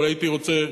אבל הייתי רוצה,